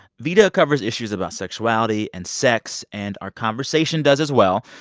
vida covers issues about sexuality and sex, and our conversation does, as well.